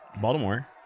Baltimore